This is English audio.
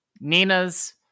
Nina's